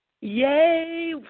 Yay